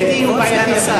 הביטוי "בין-שבטי" הוא בעייתי.